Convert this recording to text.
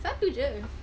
satu jer